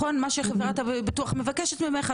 מה שחברת הביטוח מבקשת ממך,